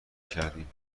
کردیم